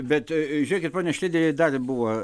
bet žiūrėkit pone šlėderi dar buvo